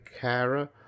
carer